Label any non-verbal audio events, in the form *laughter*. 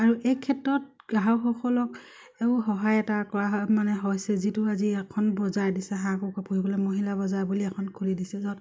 আৰু এই ক্ষেত্ৰত গ্ৰাহকসকলক *unintelligible* সহায় এটা কৰা মানে হৈছে যিটো আজি এখন বজাৰ দিছে হাঁহ কুকুৰা পুহিবলে মহিলা বজাৰ বুলি এখন খুলি দিছে য'ত